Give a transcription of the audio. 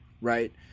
right